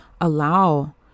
allow